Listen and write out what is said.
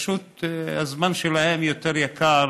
פשוט הזמן שלהם יותר יקר